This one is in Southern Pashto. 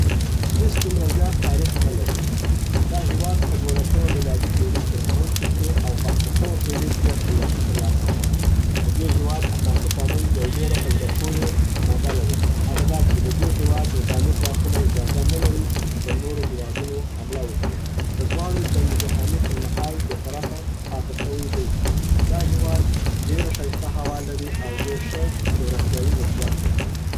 سویس دومره زیات تاریخ نه لري. دا هیواد په دولسمه میلادي پیړۍ کې را منځ ته سو او په اتلسمه پیړۍ کې یې خپلواکي تر لاسه کړه. د دې هیواد اساسي قانون یو ډېر په زړه پوري ماده لري هغه دا چې د دې هیواد نظامي ځواکونه اجازه نه لري چې پر نورو هیوادونو حمله وکړي. د دواړو جنګ جهاني پر مهال بې طرفه پاته سوی دی. دا هیواد ډېره ښایسته هوا لري او ډير ښه جغرافیايي موقیعت لري.